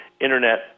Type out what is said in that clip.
Internet